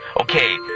Okay